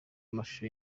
amashusho